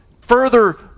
further